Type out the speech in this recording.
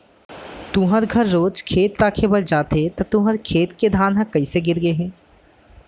तुँहर घर रोज खेत राखे बर जाथे त तुँहर खेत के धान ह कइसे गिर गे हे?